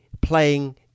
playing